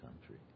country